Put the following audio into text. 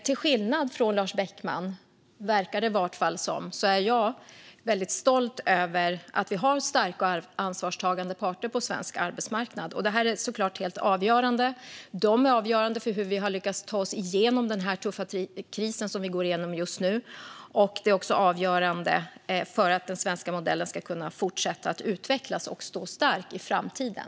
Till skillnad från Lars Beckman, verkar det som i alla fall, är jag väldigt stolt över att vi har starka och ansvarstagande parter på svensk arbetsmarknad. Det är såklart helt avgörande. De är avgörande för hur vi lyckas ta oss genom den tuffa kris som vi just nu går igenom. Det är också avgörande för att den svenska modellen ska kunna fortsätta utvecklas och stå stark i framtiden.